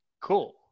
Cool